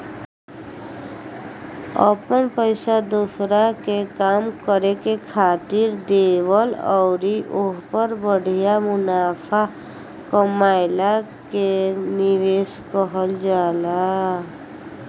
अपन पइसा दोसरा के काम करे खातिर देवल अउर ओहपर बढ़िया मुनाफा कमएला के निवेस कहल जाला